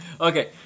Okay